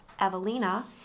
Evelina